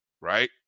right